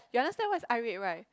you understand what is eye rape right